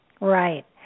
Right